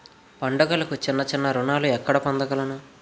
పండుగలకు చిన్న చిన్న రుణాలు ఎక్కడ పొందగలను?